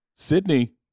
Sydney